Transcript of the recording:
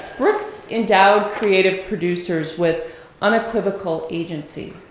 brooks endowed creative producers with unequivocal agency.